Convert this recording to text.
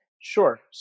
Sure